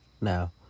Now